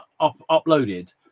uploaded